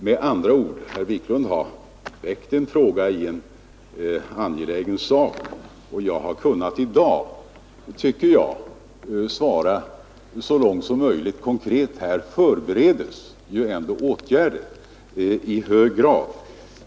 Herr Wiklund har, med andra ord, väckt en fråga i en angelägen sak och jag har i dag — tycker jag — kunnat svara konkret så långt som möjligt: här är man i full gång med att förbereda åtgärder.